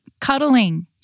cuddling